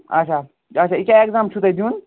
اچھا اچھا یہِ کیا ایٚکزام چھُو تُہۍ دُینۍ